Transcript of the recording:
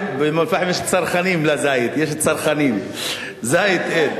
באום-אל-פחם יש צרכנים לזית, יש צרכנים, זית אין.